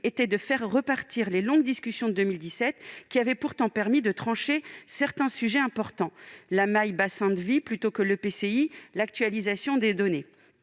était de faire repartir les longues discussions de 2017, qui avaient pourtant permis de trancher certains sujets importants : la maille « bassin de vie » plutôt que l'EPCI, ainsi que l'actualisation des données.